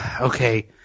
Okay